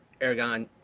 Aragon